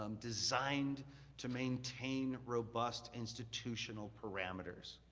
um designed to maintain robust institutional parameters.